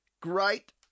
Great